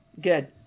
Good